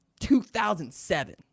2007